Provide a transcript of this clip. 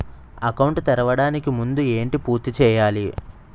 Account తెరవడానికి ముందు ఏంటి పూర్తి చేయాలి?